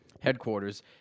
headquarters